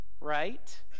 Right